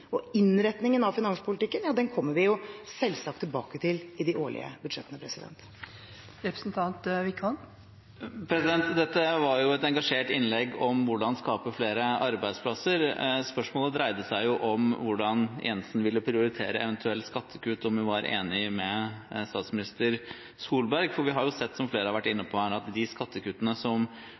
Innretningen av finanspolitikken kommer vi selvsagt tilbake til i de årlige budsjettene. Dette var et engasjert innlegg om hvordan skape flere arbeidsplasser. Spørsmålet dreide seg om hvordan Jensen vil prioritere eventuelle skattekutt, om hun er enig med statsminister Solberg, for vi har sett – som flere har vært inne på – at de skattekuttene